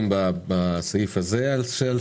הישיבה ננעלה בשעה 12:45.